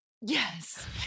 yes